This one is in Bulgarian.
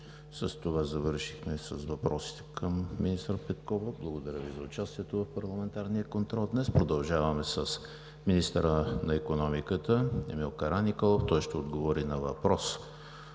С това завършихме с въпросите към министър Петкова. Благодаря Ви за участието в парламентарния контрол днес. Продължаваме с министъра на икономиката – Емил Караниколов. Той ще отговори на въпрос